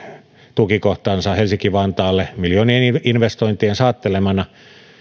tukikohtansa helsinki vantaalle miljoonainvestointien saattelemana